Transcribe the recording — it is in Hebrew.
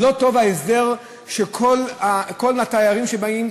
לא טוב ההסדר שכל התיירים שבאים,